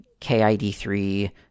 KID3